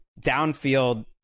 downfield